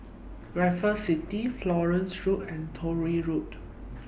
Raffles City Florence Road and Truro Road